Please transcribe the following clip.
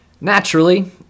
Naturally